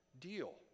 deal